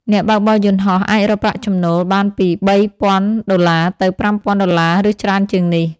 អ្នកបើកបរយន្តហោះអាចរកប្រាក់ចំណូលបានពី ៣,០០០ ដុល្លារ ទៅ ៥,០០០ ដុល្លារ ឬច្រើនជាងនេះ។